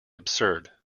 absurd